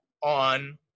on